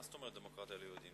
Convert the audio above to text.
מה זאת אומרת דמוקרטיה ליהודים?